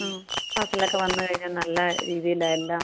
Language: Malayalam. ആ ക്ലാസിലൊക്കെ വന്നു കഴിഞ്ഞാൽ നല്ല രീതിയിലാണ് എല്ലാം